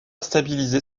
stabiliser